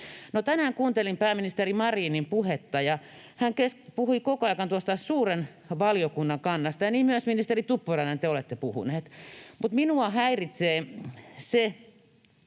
tänään kuuntelin pääministeri Marinin puhetta, ja hän puhui koko aika tuosta suuren valiokunnan kannasta, ja niin myös, ministeri Tuppurainen, te olette puhunut, mutta minua häiritsee se,